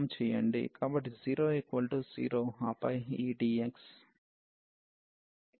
కాబట్టి 0 0 ఆపై ఈ dx